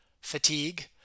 fatigue